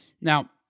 Now